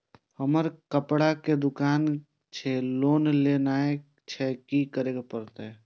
हमर कपड़ा के दुकान छे लोन लेनाय छै की करे परतै?